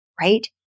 right